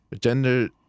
gender